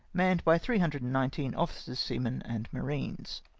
manned by three hundred and nineteen officers, seamen, and marines.